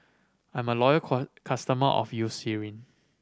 I'm a loyal customer of Eucerin